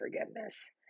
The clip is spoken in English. forgiveness